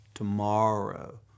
Tomorrow